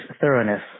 thoroughness